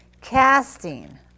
Casting